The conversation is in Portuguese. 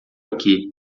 aqui